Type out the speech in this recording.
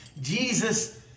Jesus